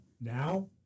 Now